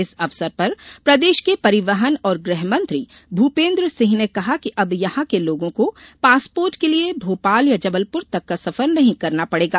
इस अवसर पर प्रदेश के परिवहन और गृह मंत्री भूपेन्द्र सिंह ने कहा कि अब यहां के लोगों को पासपोर्ट के लिये भोपाल या जबलपुर तक का सफर नही करना पड़ेगा